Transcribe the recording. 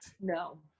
No